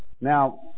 now